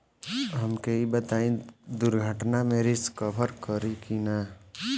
हमके ई बताईं दुर्घटना में रिस्क कभर करी कि ना?